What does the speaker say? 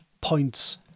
points